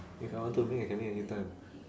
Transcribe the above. if I want to make I can make anytime